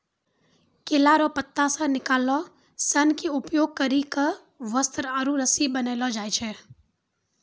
केला रो पत्ता से निकालो सन के उपयोग करी के वस्त्र आरु रस्सी बनैलो जाय छै